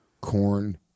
Corn